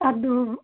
اَ